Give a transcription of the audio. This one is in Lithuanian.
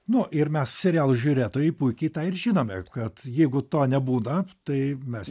nu ir mes serialų žiūrėtojai puikiai žinome kad jeigu to nebūna tai mes